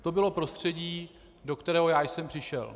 To bylo prostředí, do kterého já jsem přišel.